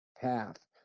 path